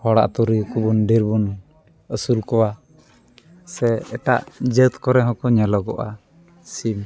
ᱦᱚᱲ ᱟᱛᱳ ᱨᱮᱜᱮᱵᱚᱱ ᱰᱷᱮᱨ ᱵᱚᱱ ᱟᱹᱥᱩᱞ ᱠᱚᱣᱟ ᱥᱮ ᱮᱴᱟᱜ ᱡᱟᱹᱛ ᱠᱚᱨᱮ ᱦᱚᱸᱠᱚ ᱧᱮᱞᱚᱜᱚᱜᱼᱟ ᱥᱤᱢ